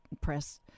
press